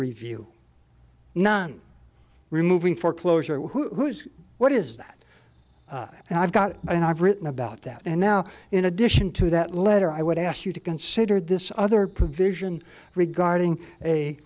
review none removing foreclosure who is what is that and i've got an operate in about that and now in addition to that letter i would ask you to consider this other provision regarding a